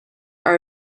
are